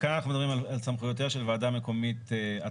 כאן אנחנו מדברים על סמכויותיה של ועדה מקומית עצמאית,